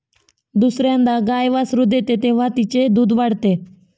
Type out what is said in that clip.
दुसर्यांदा गाय वासरू देते तेव्हा तिचे दूध वाढते